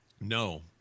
No